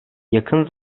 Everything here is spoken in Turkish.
yakın